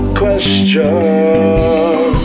question